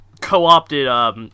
co-opted